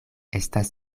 estas